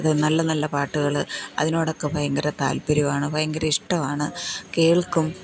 അത് നല്ല നല്ല പാട്ടുകൾ അതിനോടൊക്കെ ഭയങ്കര താൽപ്പര്യമാണ് ഭയങ്കര ഇഷ്ടമാണ് കേൾക്കും